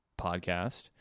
podcast